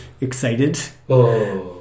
excited